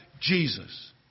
Jesus